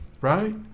Right